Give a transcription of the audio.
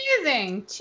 amazing